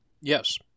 Yes